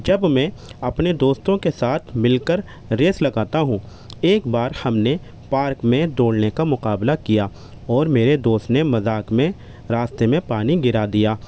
جب میں اپنے دوستوں کے ساتھ مل کر ریس لگاتا ہوں ایک بار ہم نے پارک میں دوڑنے کا مقابلہ کیا اور میرے دوست نے مذاق میں راستے میں پانی گرا دیا